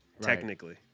technically